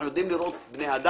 אנחנו יודעים לראות בני אדם,